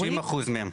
50% מהם.